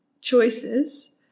choices